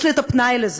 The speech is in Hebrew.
יש לי את הפנאי לזה.